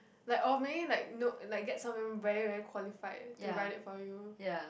like or maybe like no like get someone very very qualified to write it for you